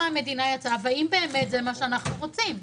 המדינה יצאה והאם באמת זה מה שאנו רוצים.